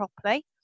properly